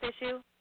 issue